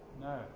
No